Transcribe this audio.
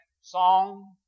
song